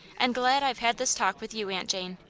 and glad ive had this talk with you. aunt jane.